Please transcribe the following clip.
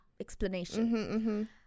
explanation